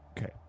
Okay